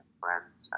friends